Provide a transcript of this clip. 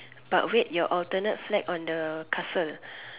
but wait your alternate flag on the castle